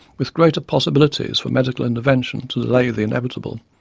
with greater possibilities for medical intervention to delay the inevitable.